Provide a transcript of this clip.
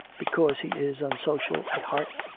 because he is unsocial at heart,